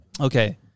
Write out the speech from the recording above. okay